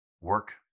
work